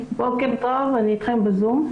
בוקר טוב, אני איתכם בזום.